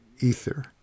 ether